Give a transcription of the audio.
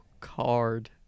Card